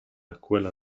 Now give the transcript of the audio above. escuela